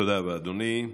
תודה רבה, אדוני.